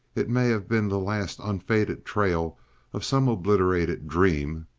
it may have been the last unfaded trail of some obliterated dream,